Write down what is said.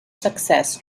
success